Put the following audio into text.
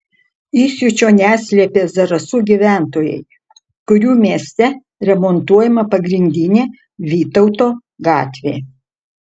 įsiūčio neslėpė zarasų gyventojai kurių mieste remontuojama pagrindinė vytauto gatvė